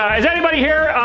ah is anybody here?